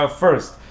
first